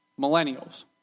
millennials